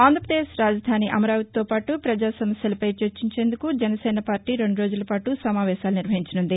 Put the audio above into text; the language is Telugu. ఆంధ్రప్రదేశ్ రాజధాని అమరావతితో పాటు పజా సమస్యలపై చర్చించేందుకు జనసేన పార్టీ రెండు రోజుల పాటు సమావేశాలు నిర్వహించనునుంది